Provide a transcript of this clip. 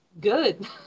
good